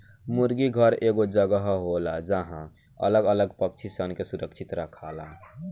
मुर्गी घर एगो जगह होला जहां अलग अलग पक्षी सन के सुरक्षित रखाला